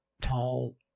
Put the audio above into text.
tall